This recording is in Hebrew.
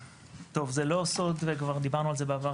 זה לא סוד וכבר דיברנו על זה בעבר,